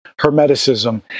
Hermeticism